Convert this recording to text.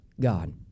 God